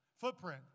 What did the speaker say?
Footprint